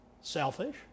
selfish